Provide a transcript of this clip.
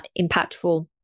impactful